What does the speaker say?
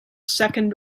second